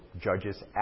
judges